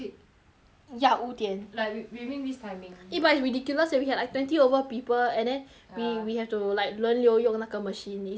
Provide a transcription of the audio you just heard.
ya 五点 like wi~ within this timing eh but it's ridiculous leh we had like twenty over people and then ya we we have to like 轮流用那个 machine ya it's impossible